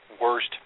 worst